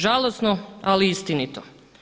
Žalosno ali istinito.